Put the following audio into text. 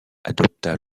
adopta